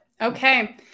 Okay